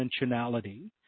dimensionality